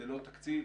ללא תקציב.